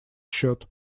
счет